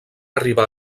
arribar